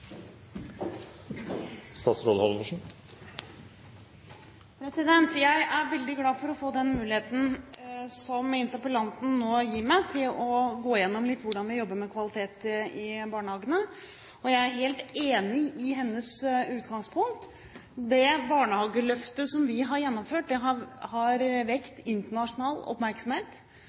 veldig glad for å få den muligheten som interpellanten nå gir meg til å gå litt gjennom hvordan vi jobber med kvaliteten i barnehagene. Jeg er helt enig i hennes utgangspunkt: Det barnehageløftet som vi har gjennomført, har vekket internasjonal oppmerksomhet.